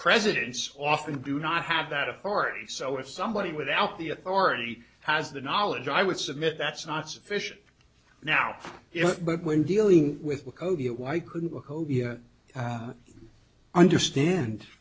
presidents often do not have that authority so if somebody without the authority has the knowledge i would submit that's not sufficient now but when dealing with it why couldn't we understand